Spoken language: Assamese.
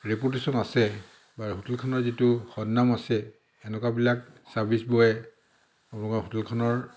ৰেপুটেশ্যন আছে বা হোটেলখনত যিটো সদনাম আছে এনেকুৱাবিলাক চাৰ্ভিছ বয়ে আপোনালোকৰ হোটেলখনৰ